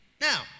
Now